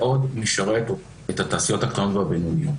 משרת את התעשיות הקטנות והבינוניות,